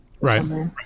Right